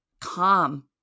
calm